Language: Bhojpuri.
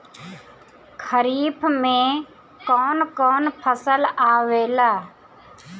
खरीफ में कौन कौन फसल आवेला?